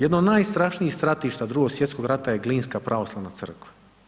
Jedno od najstrašnijih stratišta Drugog svjetskog rata je Glinska pravoslavna crkva.